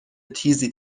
تیزی